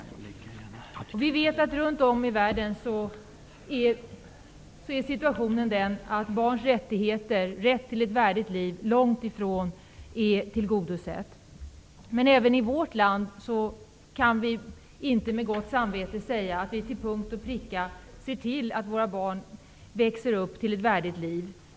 Vi vet att situationen runt om i världen är sådan att barns rättigheter -- rätten till ett värdigt liv -- långt ifrån är tillgodosedda. Inte heller i vårt land kan vi med gott samvete säga att vi till punkt och pricka ser till att våra barn växer upp till ett värdigt liv.